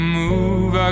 move